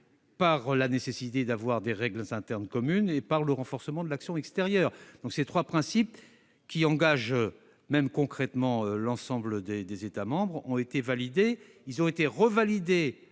sur la nécessité d'adopter des règles internes communes ; sur le renforcement de l'action extérieure. Ces trois principes, qui engagent concrètement l'ensemble des États membres, ont été validés ; ils ont été validés